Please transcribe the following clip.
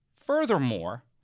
Furthermore